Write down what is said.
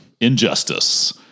injustice